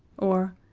or,